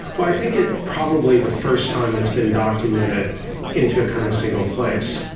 well i think it's probably the first time it's been documented into a kind of single place.